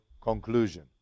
conclusion